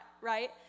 right